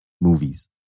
movies